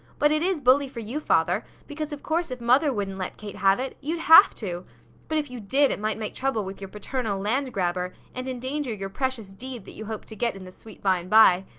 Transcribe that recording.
but it is bully for you, father, because of course, if mother wouldn't let kate have it, you'd have to but if you did it might make trouble with your paternal land-grabber, and endanger your precious deed that you hope to get in the sweet by-and-by.